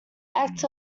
act